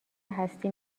هستی